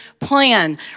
plan